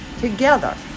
together